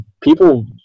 people